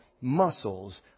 muscles